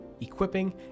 equipping